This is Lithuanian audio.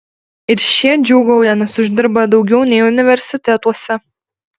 ir šie džiūgauja nes uždirba daugiau nei universitetuose